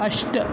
अष्ट